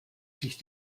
sich